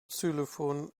xylophone